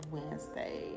Wednesday